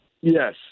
Yes